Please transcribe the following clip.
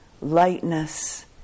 lightness